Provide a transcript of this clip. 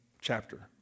chapter